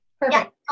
Perfect